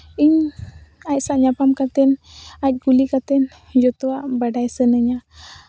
ᱤᱧ ᱟᱡ ᱥᱟᱶ ᱧᱟᱯᱟᱢ ᱠᱟᱛᱮᱱ ᱟᱡ ᱠᱩᱞᱤ ᱠᱟᱛᱮ ᱡᱚᱛᱚᱣᱟᱜ ᱵᱟᱰᱟᱭ ᱥᱟᱱᱟᱧᱟ